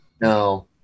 No